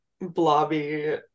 blobby